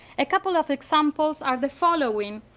a couple of examples are the following.